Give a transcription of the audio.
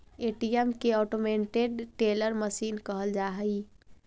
ATM के automated teller machine कहल जा हइ